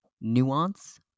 nuance